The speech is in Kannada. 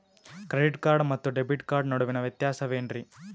ಕ್ರೆಡಿಟ್ ಕಾರ್ಡ್ ಮತ್ತು ಡೆಬಿಟ್ ಕಾರ್ಡ್ ನಡುವಿನ ವ್ಯತ್ಯಾಸ ವೇನ್ರೀ?